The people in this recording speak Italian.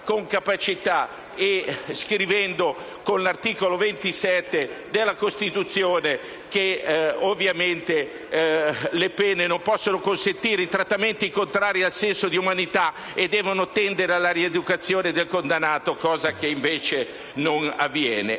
con capacità e scrivendo nell'articolo 27 della Costituzione che le pene non possono consentire trattamenti contrari al senso di umanità e devono tendere alla rieducazione del condannato, cosa che invece non avviene.